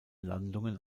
landungen